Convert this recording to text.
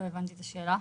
לא הבנתי את השאלה.